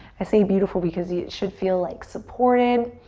i say beautiful because you should feel like supported.